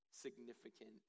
significant